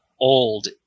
old